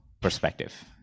perspective